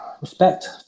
respect